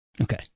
Okay